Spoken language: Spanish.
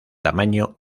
tamaño